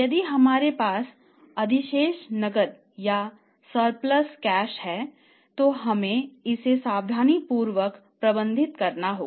यदि हमारे पास अधिशेष नकदी है तो हमें इसे सावधानीपूर्वक प्रबंधित करना होगा